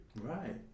Right